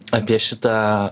apie šitą